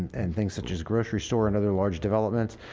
and things such as grocery store and other large developments.